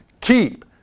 keep